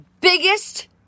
biggest